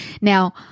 Now